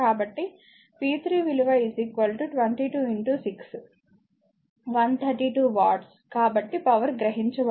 కాబట్టి p3 విలువ 22 6 132 watts కాబట్టి పవర్ గ్రహించబడుతుంది